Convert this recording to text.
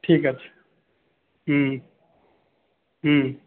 ঠিক আছে হুম হুম